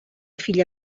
filla